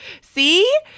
See